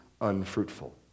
unfruitful